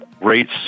rates